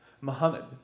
Muhammad